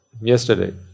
Yesterday